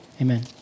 Amen